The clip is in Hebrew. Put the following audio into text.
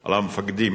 על המפקדים,